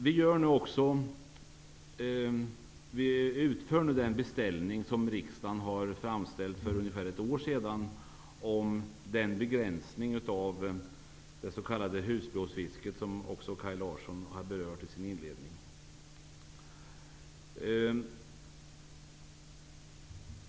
Vi utför nu den beställning som riksdagen framställde för ungefär ett år sedan om den begränsning av det s.k. husbehovsfisket som också Kaj Larsson berörde i sin inledning.